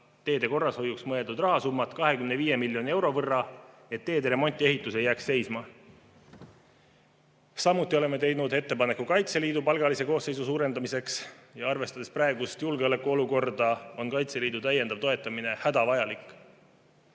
teede korrashoiuks mõeldud rahasummat 25 miljoni euro võrra, et teede remont ja ehitus ei jääks seisma. Samuti oleme teinud ettepaneku Kaitseliidu palgalise koosseisu suurendamiseks. Arvestades praegust julgeolekuolukorda, on Kaitseliidu täiendav toetamine hädavajalik. EKRE-l